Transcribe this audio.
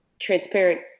transparent